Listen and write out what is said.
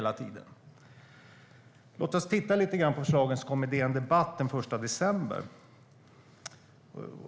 Låt oss därför titta lite grann på de förslag som kom på DN Debatt den 1 december.